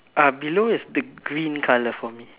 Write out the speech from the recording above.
uh below is the green colour for me